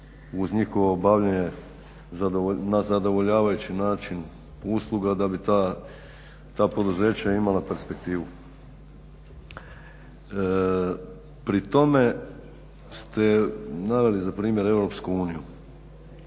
uz njihovo bavljenje na zadovoljavajući način usluga da bi ta poduzeća imala perspektivu. Pri tome ste naveli za primjer Europsku uniju.